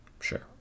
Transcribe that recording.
sure